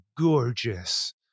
gorgeous